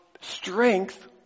strength